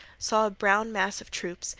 saw a brown mass of troops,